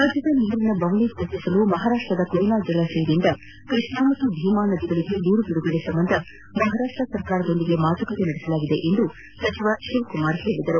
ರಾಜ್ಯದ ನೀರಿನ ಬವಣೆ ತಪ್ಪಿಸಲು ಮಹಾರಾಷ್ಟದ ಕೊಯ್ನಾ ಜಲಾಶಯದಿಂದ ಕೃಷ್ಣಾ ಮತ್ತು ಭೀಮಾ ನದಿಗಳಿಗೆ ನೀರು ಬಿಡುಗಡೆ ಸಂಬಂಧ ಮಹಾರಾಷ್ಟ್ರ ಸರ್ಕಾರದೊಂದಿಗೆ ಮಾತುಕತೆ ನಡೆಸಲಾಗಿದೆ ಎಂದು ಸಚಿವ ಶಿವಕುಮಾರ್ ಹೇಳಿದರು